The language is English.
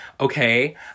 Okay